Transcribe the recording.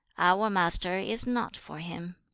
our master is not for him